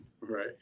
Right